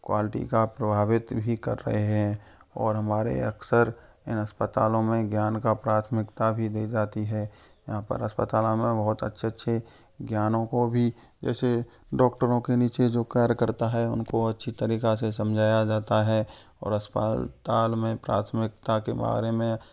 quality का प्रभावित भी कर रहे हैं और हमारे अक्सर इन अस्पतालों में ज्ञान का प्राथमिकता भी दी जाती है यहाँ पर अस्पतालों में बहुत अच्छे अच्छे ज्ञानों को भी जैसे डॉक्टरों के नीचे जो कार्यकर्ता है उनको अच्छी तरीका से समझाया जाता है और अस्पताल में प्राथमिकता के बारे में